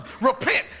repent